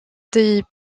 des